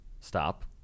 Stop